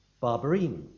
Barberini